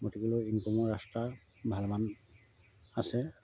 চলিবলৈ ইনকমৰ ৰাস্তা ভালমান আছে